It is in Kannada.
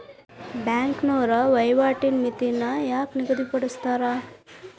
ಬ್ಯಾಂಕ್ನೋರ ವಹಿವಾಟಿನ್ ಮಿತಿನ ಯಾಕ್ ನಿಗದಿಪಡಿಸ್ತಾರ